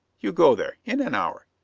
you go there in an hour.